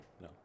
No